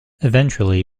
eventually